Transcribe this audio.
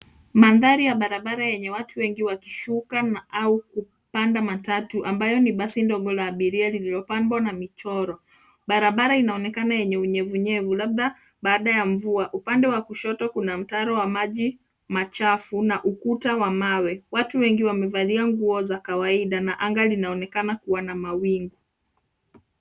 Mandhari ya barabara yenye watu wegi wakishuka au kupanda matatu ambayo ni basi ndogo la abiria lililopambwa na michoro. Barabara inaonekana yenye unyevunyevu labda baada ya mvua. Upande wa kushoto kuna mtaro wa maji machafu na ukuta wa mawe. Watu wengi wamevalia nguo za kawaida na anga linaonekana kuwa na mawingu.